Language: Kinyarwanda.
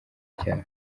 cyabo